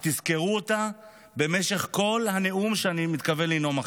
ותזכרו אותה במשך כל הנאום שאני מתכוון לנאום עכשיו: